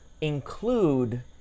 include